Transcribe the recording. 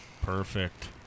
Perfect